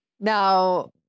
Now